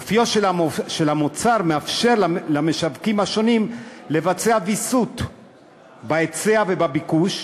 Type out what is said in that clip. אופיו של המוצר מאפשר למשווקים השונים לבצע ויסות בהיצע ובביקוש,